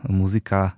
muzyka